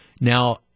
now